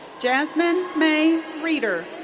jasmine mae reiter.